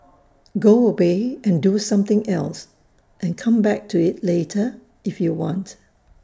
go away and do something else and come back to IT later if you want